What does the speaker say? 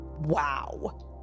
Wow